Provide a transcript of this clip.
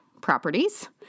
properties